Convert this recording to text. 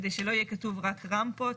כדי שלא יהיה כתוב רק רמפות,